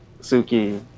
Suki